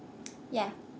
yeah